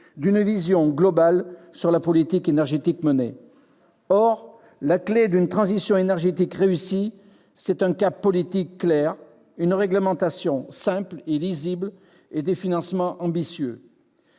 d'une vision globale sur la politique énergétique menée. Or la clé d'une transition énergétique réussie, c'est un cap politique clair, une réglementation simple et lisible et des financements ambitieux.